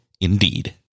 indeed